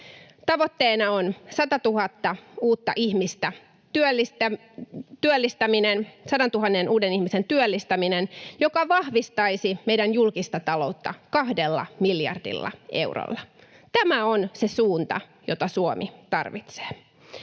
Tavoitteena on 100 000 uuden ihmisen työllistäminen, joka vahvistaisi meidän julkista taloutta kahdella miljardilla eurolla. Tämä on se suunta, jota Suomi tarvitsee.